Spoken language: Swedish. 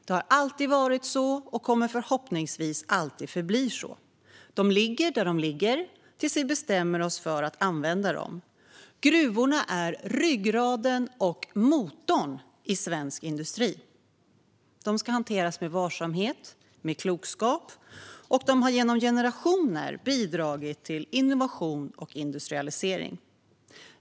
Det har alltid varit så och kommer förhoppningsvis alltid att förbli så. De ligger där de ligger tills vi bestämmer oss för att använda dem. Gruvorna är ryggraden och motorn i svensk industri. De ska hanteras med varsamhet och klokskap, och de har genom generationer bidragit till innovation och industrialisering.